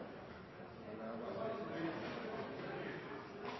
Det var